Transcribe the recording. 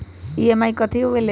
EMI कथी होवेले?